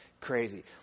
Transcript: crazy